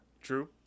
true